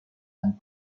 and